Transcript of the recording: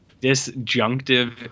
Disjunctive